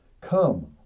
Come